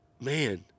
Man